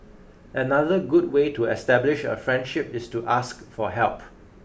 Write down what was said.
another good way to establish a friendship is to ask for help